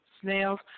snails